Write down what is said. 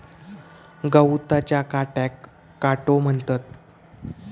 गवताच्या काट्याक काटो म्हणतत